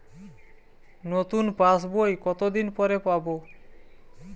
নতুন পাশ বই কত দিন পরে পাবো?